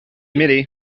miri